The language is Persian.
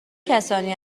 کسانی